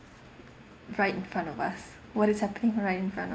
right in front of us what is happening right in front of